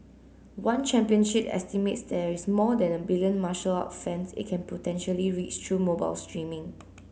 one Championship estimates there is more than a billion martial art fans it can potentially reach through mobile streaming